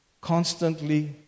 constantly